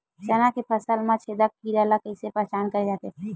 चना के फसल म फल छेदक कीरा ल कइसे पहचान करे जाथे?